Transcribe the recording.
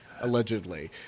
allegedly